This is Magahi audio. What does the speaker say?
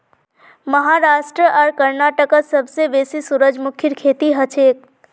महाराष्ट्र आर कर्नाटकत सबसे बेसी सूरजमुखीर खेती हछेक